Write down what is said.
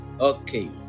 Okay